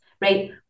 right